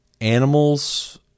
Animals